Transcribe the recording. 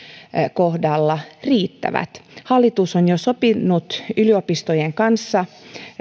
kohdalla riittävät hallitus on jo sopinut yliopistojen kanssa